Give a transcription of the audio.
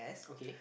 okay